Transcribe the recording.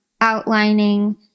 outlining